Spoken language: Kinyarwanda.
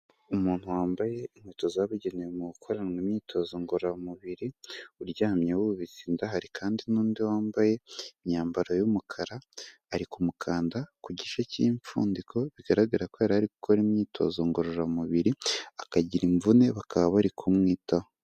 Umuntu wambaye inkweto zabugenewe mu gukora imyitozo ngororamubiri uryamye wubitse inda, hari kandi n'undi wambaye imyambaro y'umukara ari kumukanda ku gice cy'impfundiko bigaragara ko yari ari gukora imyitozo ngororamubiri akagira imvune bakaba bari kumwitaho.